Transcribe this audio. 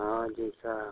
हाँ देखा है